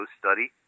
study